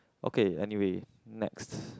okay anyway next